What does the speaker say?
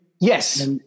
Yes